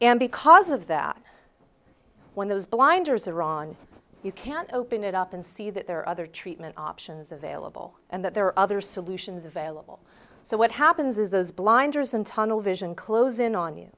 and because of that when those blinders are on you can't open it up and see that there are other treatment options available and that there are other solutions available so what happens is those blinders and tunnel vision close in on you